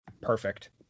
Perfect